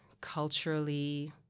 culturally